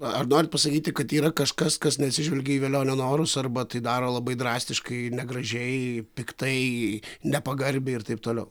ar norit pasakyti kad yra kažkas kas neatsižvelgia į velionio norus arba tai daro labai drastiškai negražiai piktai nepagarbiai ir taip toliau